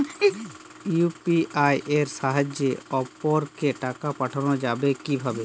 UPI এর সাহায্যে অপরকে টাকা পাঠানো যাবে কিভাবে?